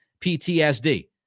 PTSD